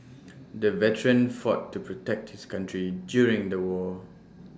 the veteran fought to protect his country during the war